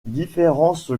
différence